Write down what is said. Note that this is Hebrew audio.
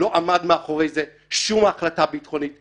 לא עמדה מאחורי זה שום החלטה ביטחונית,